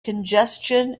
congestion